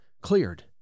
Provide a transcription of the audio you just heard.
cleared